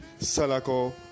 Salako